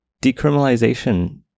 Decriminalization